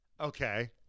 okay